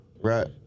right